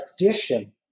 addition